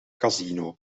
casino